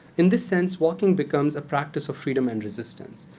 in this sense, walking becomes a practice of freedom and resistance.